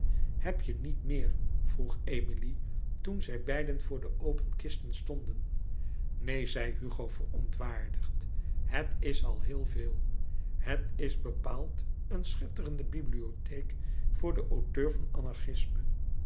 heb je niet meer vroeg emilie toen zij beiden voor de open kisten stonden neen zei hugo verontwaardigd het is al heel veel het is bepaald een schitterende bibliotheek voor den auteur van